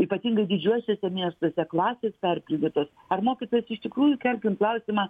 ypatingai didžiuosiuose miestuose klasės perpildytos ar mokytojas iš tikrųjų kelkim klausimą